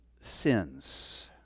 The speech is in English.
sins